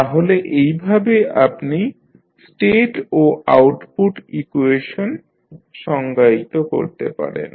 তাহলে এইভাবে আপনি স্টেট ও আউটপুট ইকুয়েশন সংজ্ঞায়িত করতে পারেন